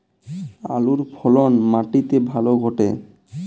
আলুর ফলন মাটি তে ভালো ঘটে?